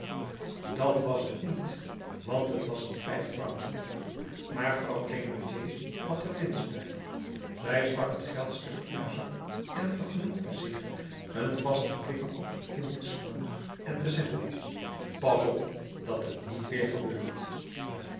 dat was het niet want t was een vijffrancstuk maar vrouw thénardier had er winst bij zij stak het geldstuk in haar zak en vergenoegde zich een vasten blik op het kind te slaan en te zeggen pas op dat het niet weer gebeurt